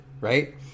right